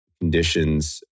conditions